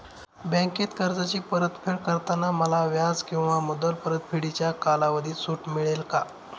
बँकेत कर्जाची परतफेड करताना मला व्याज किंवा मुद्दल परतफेडीच्या कालावधीत सूट मिळेल का?